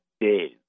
days